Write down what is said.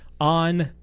on